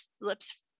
lips